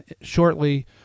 shortly